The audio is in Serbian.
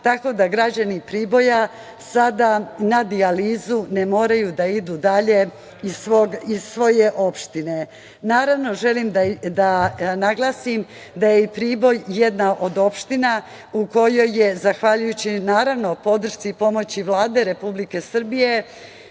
tako da građani Priboja sada na dijalizu ne moraju da idu dalje iz svoje opštine. Naravno, želim da naglasim da je i Priboj jedna od opština u kojoj je, zahvaljujući podršci i pomoći Vlade Republike Srbije,